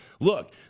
look